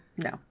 No